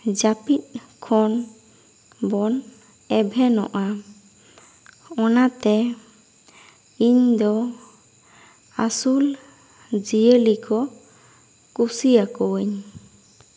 ᱡᱟᱹᱯᱤᱫ ᱠᱷᱚᱱ ᱵᱚᱱ ᱮᱵᱷᱮᱱᱚᱜᱼᱟ ᱚᱱᱟ ᱛᱮ ᱤᱧ ᱫᱚ ᱟᱹᱥᱩᱞ ᱡᱤᱭᱟᱹᱞᱤ ᱠᱚ ᱠᱩᱥᱤᱟᱠᱚᱣᱟᱹᱧ